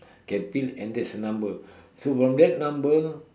can peel and there's a number so from that number